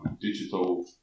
digital